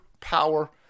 power